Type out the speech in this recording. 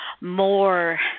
more